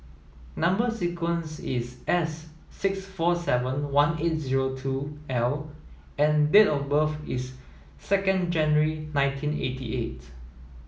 number sequence is S six four seven one eight zero two L and date of birth is second January nineteen eighty eight